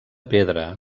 pedra